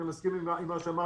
אני מסכים גם עם מה שאמר